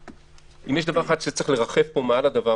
אם יש דבר אחד שצריך לרחף פה כל הזמן מעל הדבר